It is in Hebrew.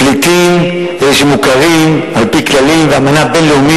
פליטים הם אלה שמוכרים על-פי כללים ואמנה בין-לאומית,